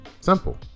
Simple